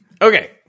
Okay